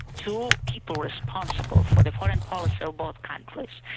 two people responsible for the foreign policy so both countries,